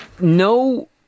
no